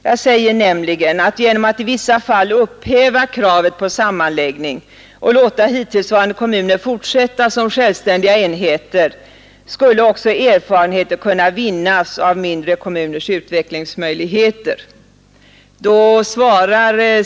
Jag säger nämligen att genom att i vissa fall upphäva kravet på sammanläggning och låta hittillsvarande kommuner fortsätta som självständiga enheter skulle också erfarenheter kunna vinnas av mindre kommuners utvecklingsmöjligheter.